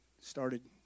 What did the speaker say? started